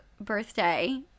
birthday